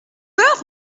peur